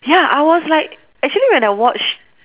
ya I was like actually when I watch